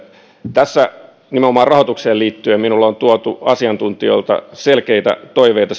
tässä nimenomaan rahoitukseen liittyen minulle on tuotu asiantuntijoilta selkeitä toiveita